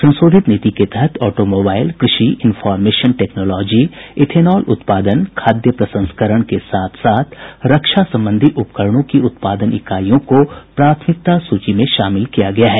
संशोधित नीति के तहत ऑटोमोबाईल कृषि इंफॉर्मेशन टेक्नोलॉजी इथेनॉल उत्पादन खाद्य प्रसंस्करण के साथ साथ रक्षा संबंधी उपकरणों की उत्पादन इकाईयों को प्राथमिकता सूची में शामिल किया गया है